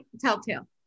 telltale